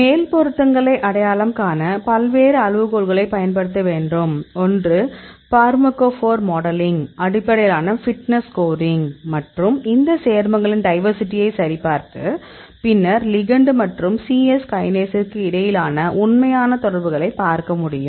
மேல் பொருத்தங்களை அடையாளம் காண பல்வேறு அளவுகோல்களைப் பயன்படுத்த வேண்டும் ஒன்று ஃபார்மகோபோர் மாடலிங் அடிப்படையிலான ஃபிட்னஸ் ஸ்கோரிங் மற்றும் இந்த சேர்மங்களின் டைவர்சிட்டியை சரிபார்த்து பின்னர் லிகெண்டு மற்றும் C எஸ் கைனேஸுக்கு இடையிலான உண்மையான தொடர்புகளைப் பார்க்க முடியும்